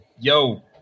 Yo